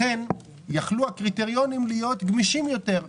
לכן יכלו הקריטריונים להיות גמישים יותר,